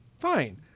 Fine